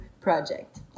project